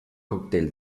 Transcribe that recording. cóctel